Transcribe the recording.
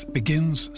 begins